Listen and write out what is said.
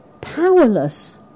powerless